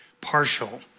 partial